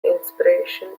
inspiration